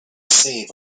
save